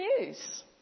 news